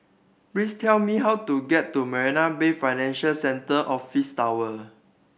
please tell me how to get to Marina Bay Financial Centre Office Tower